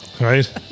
Right